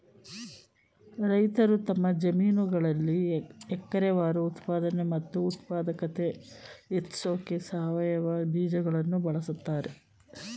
ರೈತರು ತಮ್ಮ ಜಮೀನುಗಳಲ್ಲಿ ಎಕರೆವಾರು ಉತ್ಪಾದನೆ ಮತ್ತು ಉತ್ಪಾದಕತೆ ಹೆಚ್ಸೋಕೆ ಸಾವಯವ ಬೀಜಗಳನ್ನು ಬಳಸ್ತಾರೆ